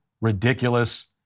ridiculous